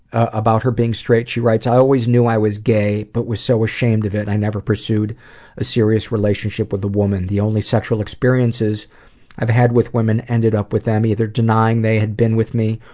about her being straight, she writes i always knew i was gay, but was so ashamed of it i never pursued a serious relationship with a woman. the only sexual experiences i've had with women ended up with them either denying they had been with me,